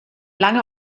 lange